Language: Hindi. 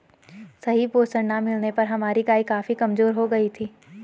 सही पोषण ना मिलने पर हमारी गाय काफी कमजोर हो गयी थी